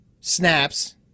snaps